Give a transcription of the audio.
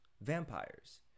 vampires